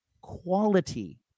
quality